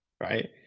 right